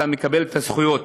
אתה מקבל את הזכויות.